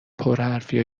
پرحرفی